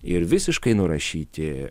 ir visiškai nurašyti